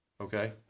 Okay